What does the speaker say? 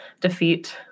defeat